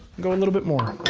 go a little bit more.